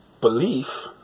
belief